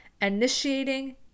initiating